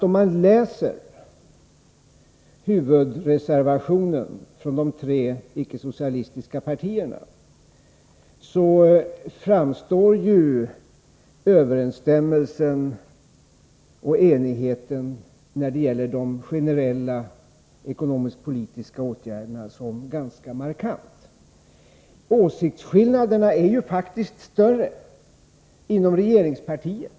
Om man läser huvudreservationen från de tre icke-socialistiska partierna, framstår ju överensstämmelsen och enigheten om de generella ekonomisk-politiska åtgärderna som ganska markant. Åsiktsskillnaderna är faktiskt större inom regeringspartiet.